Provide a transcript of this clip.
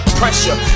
pressure